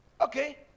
Okay